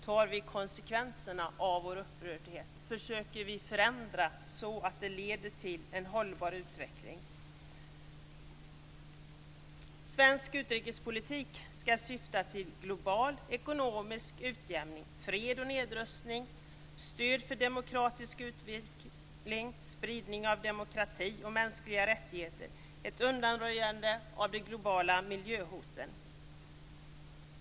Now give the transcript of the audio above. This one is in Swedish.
Tar vi konsekvenserna av vår upprördhet? Försöker vi förändra så att det leder till en hållbar utveckling? Svensk utrikespolitik skall syfta till global ekonomisk utjämning, fred och nedrustning, stöd för demokratisk utveckling, spridning av demokrati och mänskliga rättigheter och ett undanröjande av de globala miljöhoten.